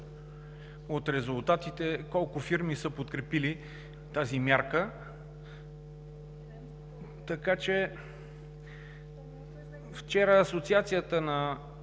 от резултатите колко фирми са подкрепили тази мярка. Вчера Асоциацията на